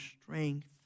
strength